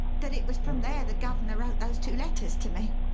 that it was from there the guv'ner wrote those two letters to me?